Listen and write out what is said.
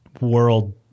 world